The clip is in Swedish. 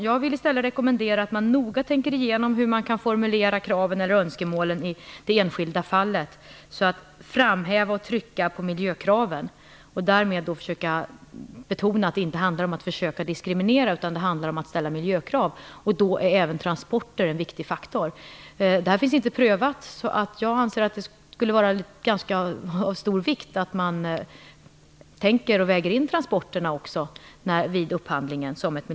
Jag vill i stället rekommendera att man noga tänker igenom hur man kan formulera kraven eller önskemålen i det enskilda fallet så att man kan framhäva och trycka på miljökraven. Därmed kan man betona att det inte handlar om ett försök till diskriminering utan att det handlar om att ställa miljökrav, och då är även transporterna en viktig faktor. Det här är inte prövat. Jag anser att det skulle vara av ganska stor vikt att man tänker på och väger in transporterna som ett miljökrav vid upphandlingen.